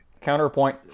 Counterpoint